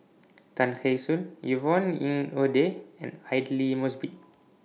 Tay Kheng Soon Yvonne Ng Uhde and Aidli Mosbit